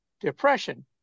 depression